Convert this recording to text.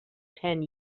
ten